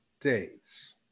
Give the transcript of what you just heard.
dates